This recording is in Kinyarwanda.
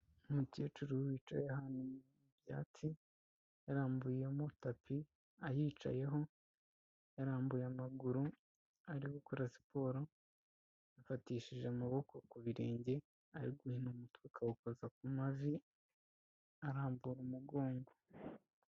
Umukecuru wicaye ahantu mu byatsi, yarambuyemo tapi, ayicayeho, yarambuye amaguru, ari gukora siporo, yafatishije amaboko ku birenge, ari guhina umutwe akawukoza ku mazi, arambura umugongo.